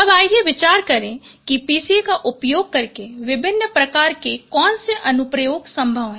अब आइए विचार करें कि PCA का उपयोग करके विभिन्न प्रकार के कौन से अनुप्रयोग संभव हैं